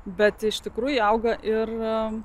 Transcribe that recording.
bet iš tikrųjų auga ir